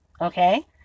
Okay